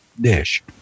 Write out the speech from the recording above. dish